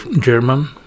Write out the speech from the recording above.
German